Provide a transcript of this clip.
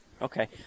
Okay